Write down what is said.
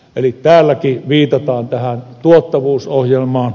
eli täälläkin viitataan tähän tuottavuusohjelmaan